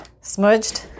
smudged